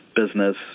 business